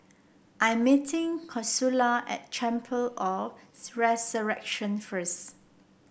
I am meeting Consuela at Chapel of The Resurrection first